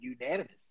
unanimous